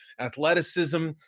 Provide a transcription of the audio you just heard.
athleticism